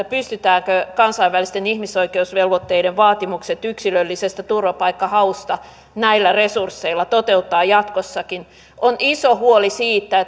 pystytäänkö kansainvälisten ihmisoikeusvelvoitteiden vaatimukset yksilöllisestä turvapaikkahausta näillä resursseilla toteuttamaan jatkossakin on iso huoli siitä